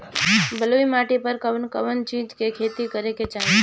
बलुई माटी पर कउन कउन चिज के खेती करे के चाही?